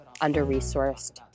under-resourced